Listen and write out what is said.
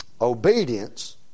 Obedience